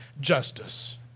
justice